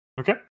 Okay